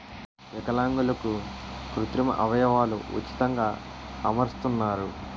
విలాంగులకు కృత్రిమ అవయవాలు ఉచితంగా అమరుస్తున్నారు